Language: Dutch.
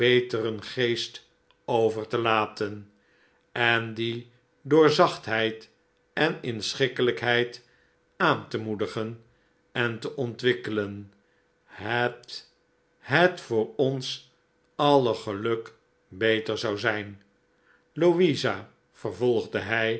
beteren geest over te laten en dien door zachtheid en inschikkelijkheid aan te moedigen en te ontwikkelen het het voor ons aller geluk beter zou zijn louisa vervolgde hij